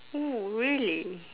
oh really